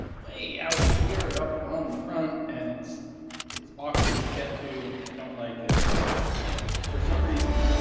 way out here up on the front, and it's it's awkward to get to and i don't like it. and for some reason,